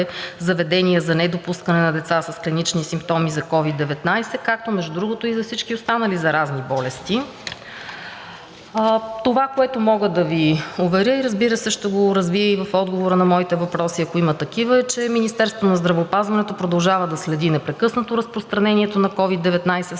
заведения за недопускане на деца с клинични симптоми за COVID-19, както, между другото, и за всички останали заразни болести. Това, което мога да Ви уверя, и разбира се, ще го развия и в отговора на моите въпроси, ако има такива, е, че Министерството на здравеопазването продължава да следи непрекъснато разпространението на COVID-19 в страната и